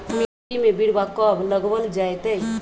मिट्टी में बिरवा कब लगवल जयतई?